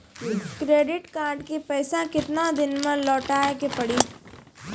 Credit card के पैसा केतना दिन मे लौटाए के पड़ी?